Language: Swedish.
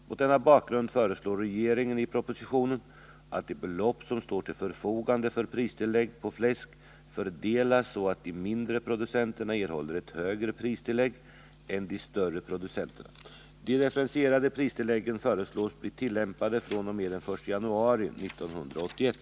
Mot denna bakgrund föreslår regeringen i propositionen att de belopp som står till förfogande för pristillägg på fläsk fördelas så att de mindre producenterna erhåller ett högre pristillägg än de större producenterna. De differentierade pristilläggen föreslås bli tillämpade fr.o.m. den 1 januari 1981.